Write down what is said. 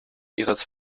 ihres